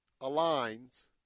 aligns